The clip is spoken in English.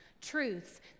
Truths